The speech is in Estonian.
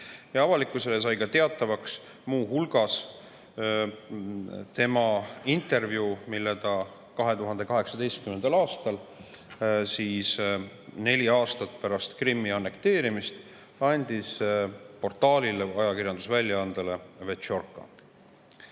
Avalikkusele sai teatavaks muu hulgas tema intervjuu, mille ta 2018. aastal, neli aastat pärast Krimmi annekteerimist, andis portaalile või ajakirjandusväljaandele Vetšjorka.